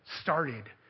started